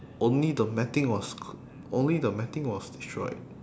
only the matting was c~ only the matting was was destroyed